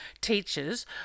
teachers